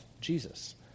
Jesus